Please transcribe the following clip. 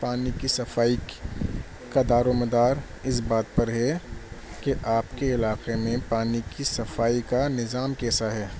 پانی کی صفائی کا دارومدار اس بات پر ہے کہ آپ کے علاقے میں پانی کی صفائی کا نظام کیسا ہے